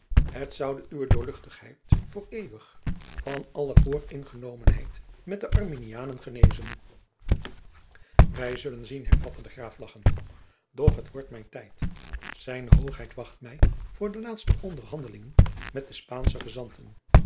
het zoude uwe doorl voor eeuwig van alle vooringenomenheid met de arminianen genezen wij zullen zien hervatte de graaf lagchende doch het wordt mijn tijd zijne hoogheid wacht mij voor de laatste onderhandeling met de spaansche gezanten